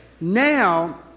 Now